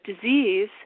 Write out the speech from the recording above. disease